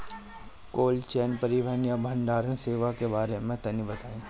Cold chain परिवहन या भंडारण सेवाओं के बारे में तनी बताई?